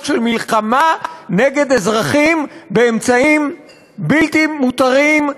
של מלחמה נגד אזרחים באמצעים בלתי מותרים,